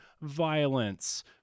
violence